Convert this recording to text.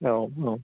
औ औ